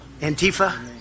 Antifa